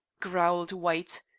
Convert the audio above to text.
growled white.